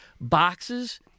Boxes